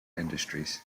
industries